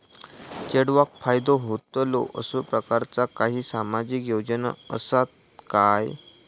चेडवाक फायदो होतलो असो प्रकारचा काही सामाजिक योजना असात काय?